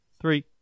Three